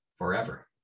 forever